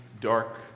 dark